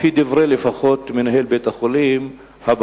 לפי דברי מנהל בית-החולים לפחות,